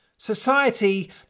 Society